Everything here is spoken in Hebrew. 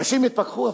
אנשים יתפכחו.